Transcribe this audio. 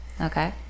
Okay